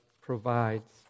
provides